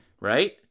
Right